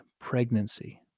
pregnancy